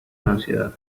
ansiedad